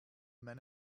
men